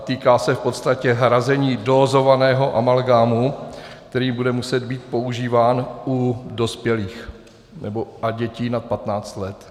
Týká se v podstatě hrazení dózovaného amalgámu, který bude muset být používán u dospělých a dětí nad 15 let.